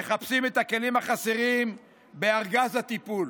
מחפשים את הכלים החסרים בארגז הטיפול.